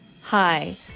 Hi